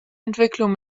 entwicklung